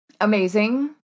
Amazing